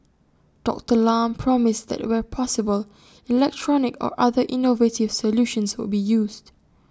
Doctor Lam promised that where possible electronic or other innovative solutions would be used